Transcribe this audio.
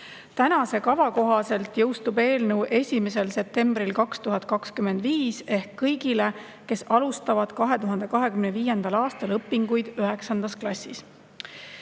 Tänase kava kohaselt jõustub eelnõu 1. septembril 2025 ehk kõigile, kes alustavad 2025. aastal õpinguid üheksandas